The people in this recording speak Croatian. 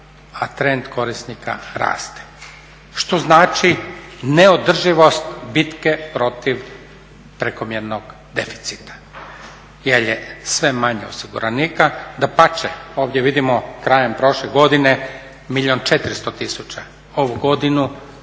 a trend korisnika raste što znači neodrživost bitke protiv prekomjernog deficita jer je sve manje osiguranika, dapače ovdje vidimo krajem prošle godine milijun 400 tisuća, ovu godinu